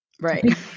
right